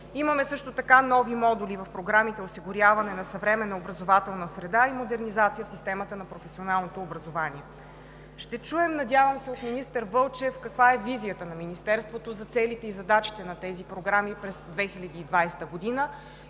Имаме също така нови модули в програмите „Осигуряване на съвременна образователна среда“ и „Модернизация в системата на професионалното образование“. Ще чуем, надявам се, от министър Вълчев каква е визията на Министерството за целите и задачите на тези програми през 2020 г.